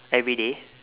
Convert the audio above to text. everyday